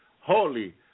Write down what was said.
Holy